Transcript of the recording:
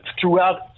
throughout